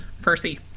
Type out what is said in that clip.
Percy